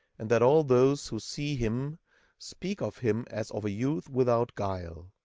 and that all those who see him speak of him as of a youth without guile.